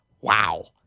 wow